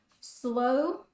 slow